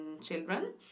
children